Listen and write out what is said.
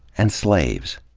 and slaves.